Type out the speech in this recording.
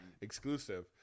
Exclusive